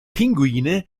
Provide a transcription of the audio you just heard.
pinguine